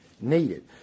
needed